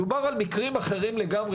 מדובר על מקרים אחרים לגמרי.